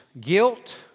guilt